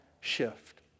shift